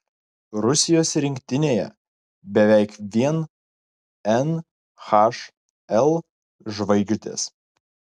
rusijos rinktinėje beveik vien nhl žvaigždės